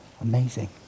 Amazing